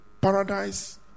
Paradise